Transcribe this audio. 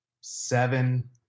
seven